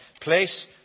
place